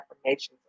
affirmations